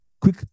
quick